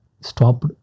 stopped